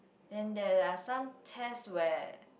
then there are some tests where